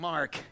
Mark